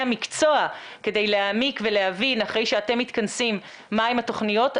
המקצוע כדי להעמיק ולהבין אחרי שאתם מתכנסים מה הן התוכניות.